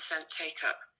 take-up